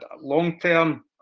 long-term